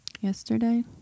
Yesterday